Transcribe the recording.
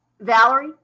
Valerie